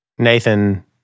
Nathan